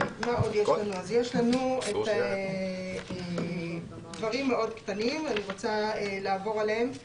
יש לנו עוד דברים מאוד קטנים שאני רוצה לעבור עליהם.